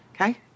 Okay